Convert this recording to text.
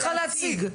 להציג.